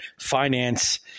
finance